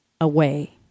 away